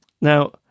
Now